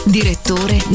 direttore